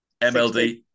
MLD